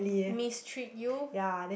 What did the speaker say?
mistreat you